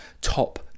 top